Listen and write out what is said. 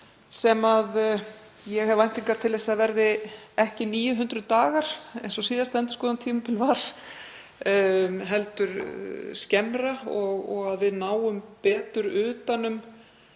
og ég hef væntingar til þess að það verði ekki 900 dagar eins og síðasta endurskoðunartímabil var heldur skemmra og að við náum betur utan um